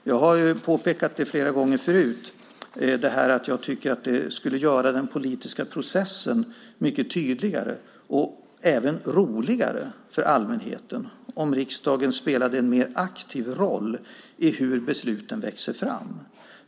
Jag har flera gånger påpekat att jag tycker att det skulle göra den politiska processen mycket tydligare och även roligare för allmänheten om riksdagen spelade en mer aktiv roll i hur besluten växer fram.